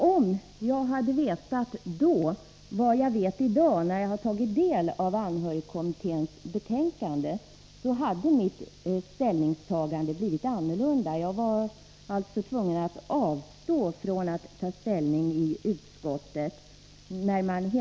Om jag då hade vetat vad jag vet i dag, nu när jag tagit del av anhörigvårdskommitténs betänkande, hade mitt ställningstagande blivit annorlunda. Jag var alltså tvungen att avstå från att ta ställning i utskottet.